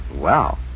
Wow